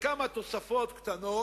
בכמה תוספות קטנות.